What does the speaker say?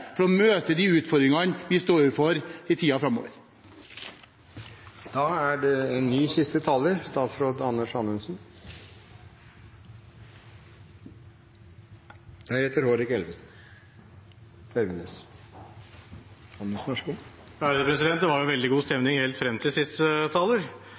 for å møte de utfordringene vi står overfor i tiden framover. Det var veldig god stemning helt frem til siste taler.